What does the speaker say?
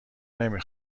نمی